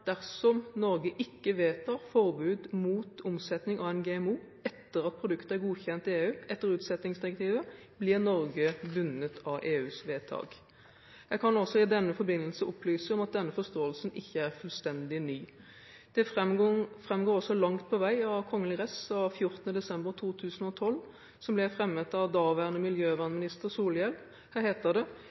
dersom Norge ikke vedtar forbud mot omsetning av en GMO etter at produktet er godkjent i EU etter utsettingsdirektivet, blir Norge bundet av EUs vedtak. Jeg kan også i denne forbindelse opplyse om at denne forståelsen ikke er fullstendig ny. Det framgår også langt på vei av kgl. res. av 14. desember 2012, som ble fremmet av daværende miljøvernminister Solhjell. Her heter det: